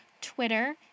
Twitter